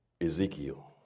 Ezekiel